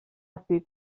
ací